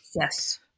Yes